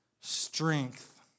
strength